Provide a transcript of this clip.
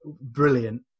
brilliant